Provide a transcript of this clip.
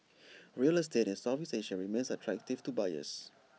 real estate in Southeast Asia remains attractive to buyers